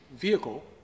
vehicle